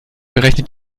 berechnet